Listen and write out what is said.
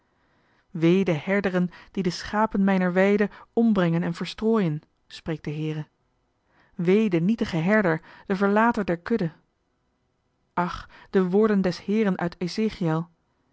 wee den herderen die de schapen mijner weide ombrengen en verstrooien spreekt de heere wee den nietigen herder den verlater der kudde ach de woorden des heeren uit